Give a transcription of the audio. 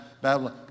Babylon